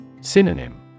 Synonym